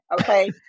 Okay